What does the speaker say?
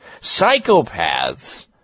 Psychopaths